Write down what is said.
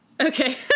Okay